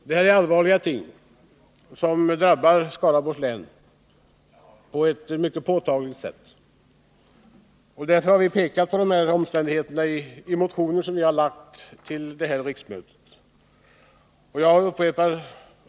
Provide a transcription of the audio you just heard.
Detta är allvarliga problem som på ett mycket påtagligt sätt drabbar Skaraborgs län. Därför har vi i motioner som vi har väckt till detta riksmöte pekat på dessa omständigheter.